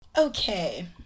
Okay